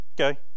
Okay